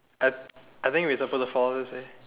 I I think we supposed to follow this eh